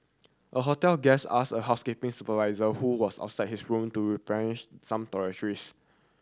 a hotel guest asked a housekeeping supervisor who was outside his room to replenish some toiletries